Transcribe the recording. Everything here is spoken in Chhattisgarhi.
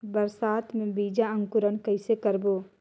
बरसात मे बीजा अंकुरण कइसे करबो?